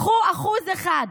קחו 1%,